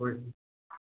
ꯍꯣꯏ